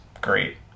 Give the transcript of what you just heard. great